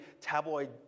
tabloid